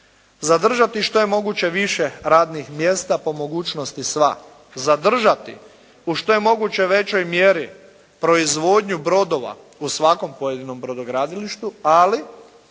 zadržati što je moguće više radnih mjesta, po mogućnosti sva. Zadržati u što je moguće većoj mjeri proizvodnju brodova u svakom pojedinom brodogradilištu, ali